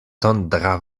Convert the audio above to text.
tondra